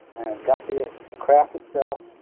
got the ah craft itself,